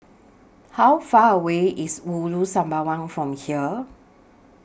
How Far away IS Ulu Sembawang from here